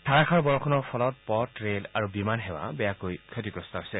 ধাৰাষাৰ বৰষুণৰ ফলত পথ ৰেল আৰু বিমান সেৱা বেয়াকৈ ক্ষতিগ্ৰস্ত হৈছে